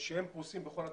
שפרוסות בכל התחנות.